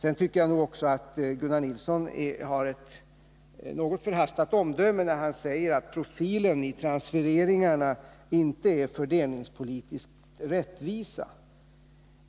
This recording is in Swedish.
Jag tycker nog att Gunnar Nilsson avgav ett något förhastat omdöme när han sade att profilen i transfereringarna inte är fördelningspolitiskt rättvis.